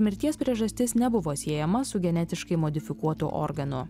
mirties priežastis nebuvo siejama su genetiškai modifikuotu organu